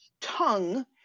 tongue